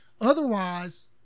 Otherwise